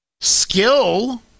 skill